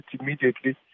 immediately